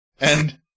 And-